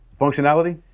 functionality